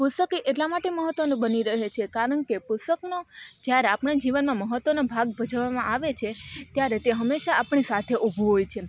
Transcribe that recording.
પુસ્તક એ એટલા માટે મહત્વનું બની રહે છે કારણ કે પુસ્તકનો જ્યારે આપણાં જીવનમાં મહત્વનો ભાગ ભજવવામાં આવે છે ત્યારે તે હંમેશા આપણી સાથે ઊભું હોય છે